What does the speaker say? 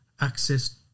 access